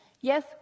Yes